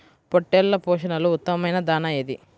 పొట్టెళ్ల పోషణలో ఉత్తమమైన దాణా ఏది?